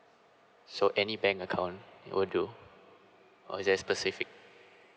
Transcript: so any bank account it will do uh is there a specific